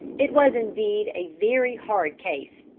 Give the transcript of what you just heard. it was indeed a very hard case.